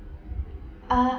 uh